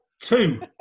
Two